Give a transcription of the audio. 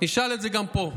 אני אשאל את זה גם פה,